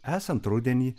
esant rudenį